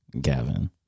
Gavin